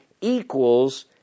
equals